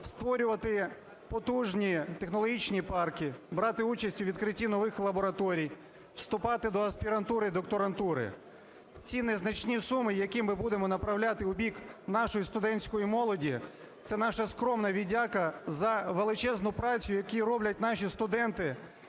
створювати потужні технологічні парки, брати участь у відкритті нових лабораторій, вступати до аспірантури й докторантури. Ці незначні суми, які ми будемо направляти в бік нашої студентської молоді, це наша скромна віддяка за величезну працю, яку роблять наші студенти,